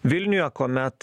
vilniuje kuomet